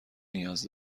نیاز